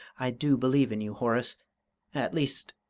i do believe in you, horace at least,